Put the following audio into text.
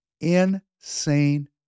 Insane